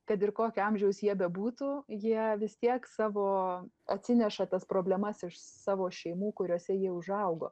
kad ir kokio amžiaus jie bebūtų jie vis tiek savo atsineša tas problemas iš savo šeimų kuriose jie užaugo